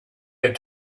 had